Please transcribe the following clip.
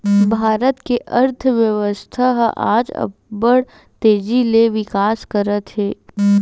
भारत के अर्थबेवस्था ह आज अब्बड़ तेजी ले बिकास करत हे